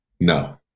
No